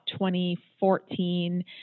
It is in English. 2014